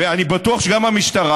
ואני בטוח שגם המשטרה,